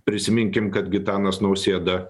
prisiminkim kad gitanas nausėda